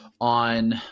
on